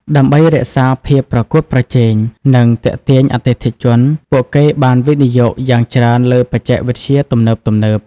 ដើម្បីរក្សាភាពប្រកួតប្រជែង និងទាក់ទាញអតិថិជន ពួកគេបានវិនិយោគយ៉ាងច្រើនលើបច្ចេកវិទ្យាទំនើបៗ។